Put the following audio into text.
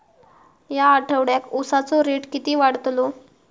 या आठवड्याक उसाचो रेट किती वाढतलो?